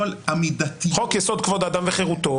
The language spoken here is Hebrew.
חוק-יסוד: כבוד האדם וחירותו,